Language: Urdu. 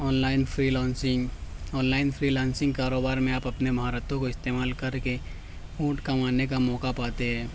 on line freelancing online freelancing کاروبار میں آپ اپنی مہارتوں کا استعمال کر کے اونٹ کمانے کا موقع پاتے ہیں